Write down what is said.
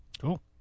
Cool